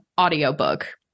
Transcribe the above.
audiobook